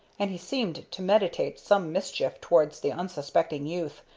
and he seemed to meditate some mischief towards the unsuspecting youth,